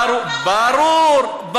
ברור.